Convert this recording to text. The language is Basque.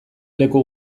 leku